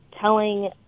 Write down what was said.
telling